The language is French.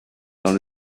dans